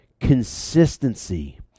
Consistency